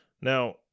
Now